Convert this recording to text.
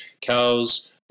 cows